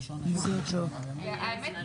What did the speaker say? נוכח קיומם של דיוני התקציב בשבוע הבא מבקש